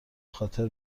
خاطر